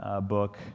book